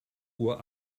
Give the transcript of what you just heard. uhr